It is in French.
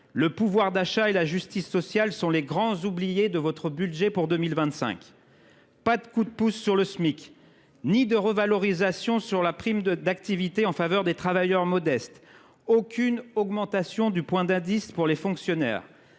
le pouvoir d’achat et la justice sociale sont les grands oubliés de votre budget pour 2025 : pas de coup de pouce sur le Smic ni de revalorisation de la prime d’activité en faveur des travailleurs modestes, aucune augmentation du point d’indice pour les fonctionnaires,